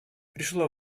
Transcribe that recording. пришло